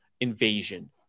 invasion